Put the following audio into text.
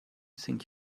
think